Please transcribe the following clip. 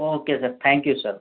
okay sir thank you sir